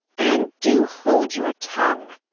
anne, do hold your tongue,